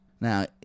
Now